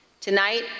Tonight